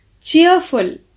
cheerful